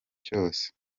cyose